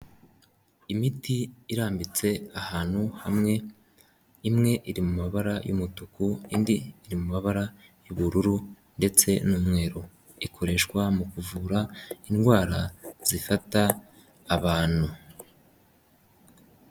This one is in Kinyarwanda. Imiti irambitse ahantu hamwe imwe iri mu mabara y'umutuku indi iri mu mabara y'ubururu ndetse n'umweru. Ikoreshwa mu kuvura indwara zifata abantu.